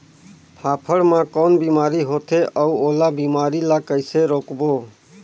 फाफण मा कौन बीमारी होथे अउ ओला बीमारी ला कइसे रोकबो?